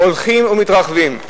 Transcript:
הולכים ומתרחבים.